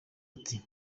ati